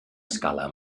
escala